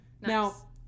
Now